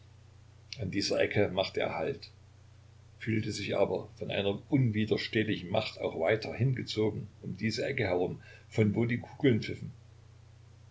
an dieser ecke machte er halt fühlte sich aber von einer unwiderstehlichen macht auch weiter hingezogen um diese ecke herum von wo die